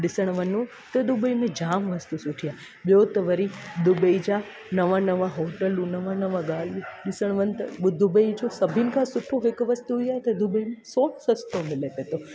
ॾिसणु वञूं त दुबई में जाम वस्तू सुठी आहे ॿियो त वरी दुबई जा नवां नवां होटलूं नवां नवां ॻाल्हि ॾिसणु वञ त दुबई जो सभिनि का सुठो जेको वस्तू आहे इहो आहे कि दुबई में सोन सस्तो मिले पिए थो